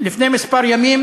לפני כמה ימים